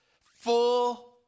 full